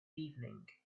evening